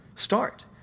start